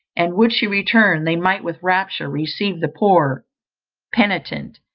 and would she return, they might with rapture receive the poor penitent,